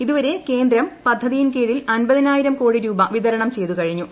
ഇതുവരെ കേന്ദ്രം പദ്ധതിയിൻ കീഴിൽ അൻപ്പതിനായിരം കോടി രൂപ വിതരണം ചെയ്തു കഴിഞ്ഞു